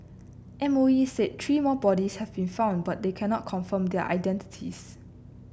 M O E said three more bodies have been found but they cannot confirm their identities